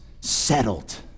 Settled